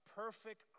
perfect